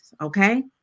okay